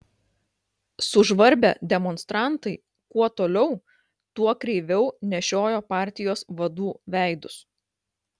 sužvarbę demonstrantai kuo toliau tuo kreiviau nešiojo partijos vadų veidus